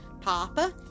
Papa